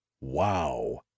wow